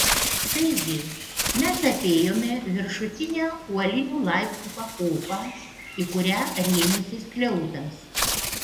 taigi mes apėjome viršutinę uolinių laiptų pakopą į kurią rėmėsi skliautas